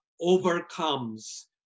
overcomes